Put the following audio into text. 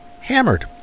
hammered